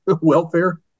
welfare